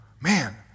Man